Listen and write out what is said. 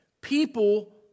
People